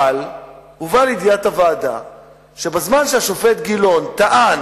אבל, הובא לידיעת הוועדה שבזמן שהשופט גילון טען